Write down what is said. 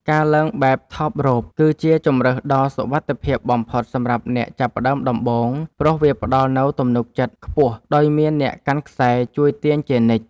ការឡើងបែប ថបរ៉ូប គឺជាជម្រើសដ៏សុវត្ថិភាពបំផុតសម្រាប់អ្នកចាប់ផ្ដើមដំបូង ព្រោះវាផ្ដល់នូវទំនុកចិត្តខ្ពស់ដោយមានអ្នកកាន់ខ្សែ ជួយទាញជានិច្ច។